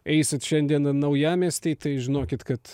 eisit šiandien į naujamiestį tai žinokit kad